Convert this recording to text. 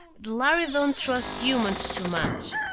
lhari don't trust humans too much.